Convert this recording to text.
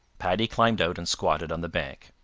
paddy climbed out and squatted on the bank.